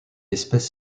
espèce